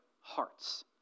hearts